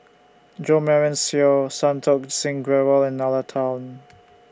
Jo Marion Seow Santokh Singh Grewal and Nalla Tan